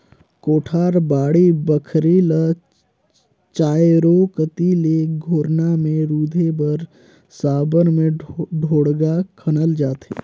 कोठार, बाड़ी बखरी ल चाएरो कती ले घोरना मे रूधे बर साबर मे ढोड़गा खनल जाथे